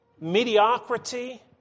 Mediocrity